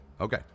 Okay